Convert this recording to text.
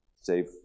save